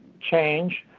change.